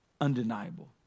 undeniable